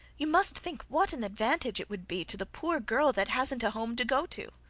you must think what an advantage it would be to the poor girl that hasn't a home to go to!